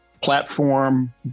platform